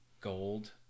gold